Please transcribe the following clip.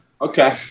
Okay